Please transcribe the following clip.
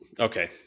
Okay